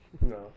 No